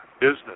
business